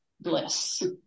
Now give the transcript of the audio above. bliss